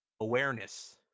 Awareness